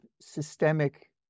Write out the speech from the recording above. systemic